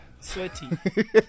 Sweaty